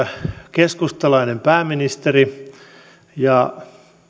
keskustalainen pääministeri ja